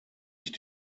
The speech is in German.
ich